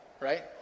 right